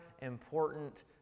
important